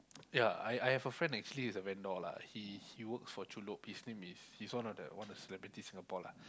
ya I I have a friend actually is a vendor lah he he works for Chun-Lok his name is he's one of the one of the celebrities Singapore lah